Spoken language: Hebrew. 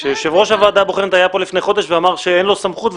כשיושב-ראש הוועדה הבוחנת היה פה לפני חודש ואמר שאין לו סמכות,